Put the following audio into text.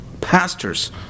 Pastors